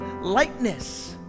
lightness